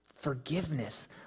Forgiveness